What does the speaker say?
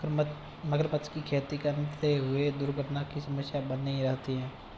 मगरमच्छ की खेती करते हुए दुर्घटना की समस्या बनी रहती है